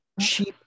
cheap